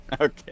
Okay